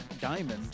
diamond